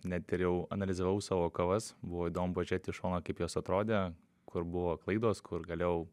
net ir jau analizavau savo kovas buvo įdomu pažiūrėt iš šono kaip jos atrodė kur buvo klaidos kur galėjau